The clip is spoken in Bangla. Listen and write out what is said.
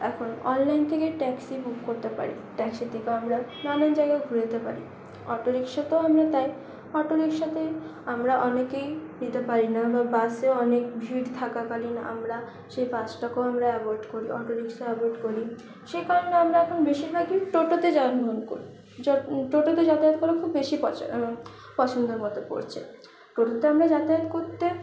এখন অনলাইন থেকে ট্যাক্সি বুক করতে পারি ট্যাক্সিতে আমরা নানান জায়গায় ঘুরতে পারি অটোরিক্সাতেও আমরা তাই অটোরিক্সাতে আমরা অনেকেই নিতে পারি না বা বাসে অনেক ভিড় থাকাকালীন আমরা সেই বাসটাকেও আমরা অ্যাভোয়েড করি অটোরিক্সা অ্যাভোয়েড করি সেই কারণে আমরা এখন বেশিরভাগই টোটোতে যানবাহন করি টোটোতে যাতায়াত করা খুব বেশি পছন্দের মধ্যে পড়ছে টোটোতে আমরা যাতায়াত করতে